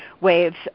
waves